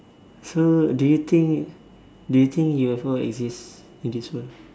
so do you think do you think UFO exist in this in this world